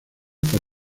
por